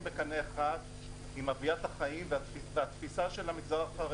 בקנה אחד עם הוויית החיים והתפיסה של המגזר החרדי.